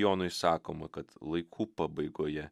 jonui sakoma kad laikų pabaigoje